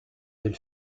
del